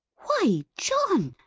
why, john!